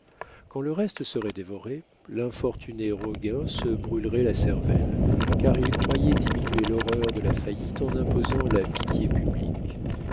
quand le reste serait dévoré l'infortuné roguin se brûlerait la cervelle car il croyait diminuer l'horreur de la faillite en imposant la pitié publique